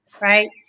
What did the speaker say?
right